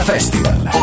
Festival